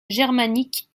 germaniques